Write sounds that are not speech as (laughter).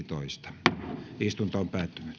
(unintelligible) toiseen täysistuntoon